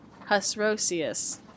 Husrosius